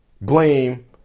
blame